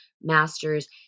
masters